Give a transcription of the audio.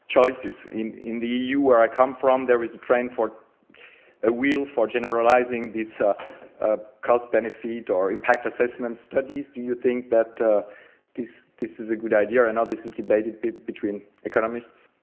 choices in in the you where i come from there is a trend for a will for generalizing this ah ah cost benefit or impact assessment studies do you think that this this is a good idea and all this is debated between economists